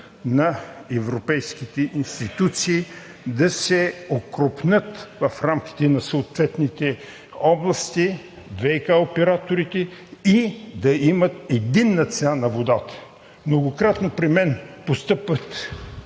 на европейските институции – да се окрупнят в рамките на съответните области ВиК операторите и да имат единна цена на водата. Многократно при мен постъпват